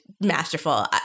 masterful